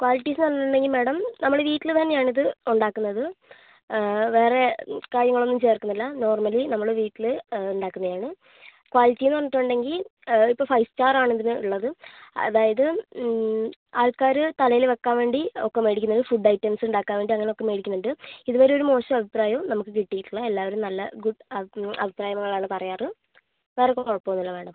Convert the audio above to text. ക്വാളിറ്റീസ്ന്ന് പറഞ്ഞിട്ട്ണ്ടെങ്കീ മാഡം നമ്മള് വീട്ടില് തന്നെ ആണ് ഇത് ഉണ്ടാക്കുന്നത് വേറെ കാര്യങ്ങളൊന്നും ചേർക്കുന്നില്ല നോർമല് നമ്മള് വീട്ടില് ഇണ്ടാക്കുന്നെയാണ് ക്വാളിറ്റീന്ന് പറഞ്ഞിട്ടുണ്ടെങ്കീ ഇപ്പം ഫൈവ് സ്റ്റാർ ആണ് ഇതിന് ഇള്ളത് അതായത് ആൾക്കാര് തലേല് വെക്കാൻ വേണ്ടി ഒക്ക മേടിക്കുന്നത് ഫുഡ്ഡ് ഐറ്റംസ് ഇണ്ടാക്കാൻ വേണ്ടി അങ്ങനെ ഒക്ക മേടിക്കുന്നണ്ട് ഇതുവരെ ഒരു മോശം അഭിപ്രായം നമുക്ക് കിട്ടീട്ട് ഇല്ല എല്ലാരും നല്ല ഗുഡ് അഭിപ്രായങ്ങളാണ് പറയാറ് വേറെ ഇപ്പ കുഴപ്പം ഒന്നും ഇല്ല മാഡം